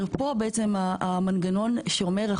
פה המנגנון שאומר,